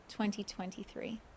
2023